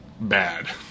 bad